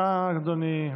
קרעי, בבקשה.